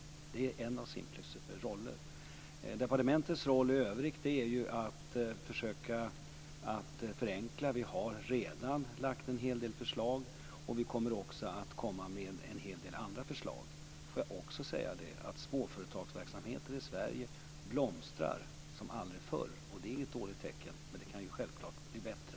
Det är en av Departementets roll i övrigt är att försöka att förenkla. Vi har redan lagt fram en hel del förslag, och vi kommer också att komma med en hel del andra förslag. Jag vill också säga att småföretagsamheten i Sverige blomstrar som aldrig förr, och det är inget dåligt tecken. Men det kan självklart bli bättre.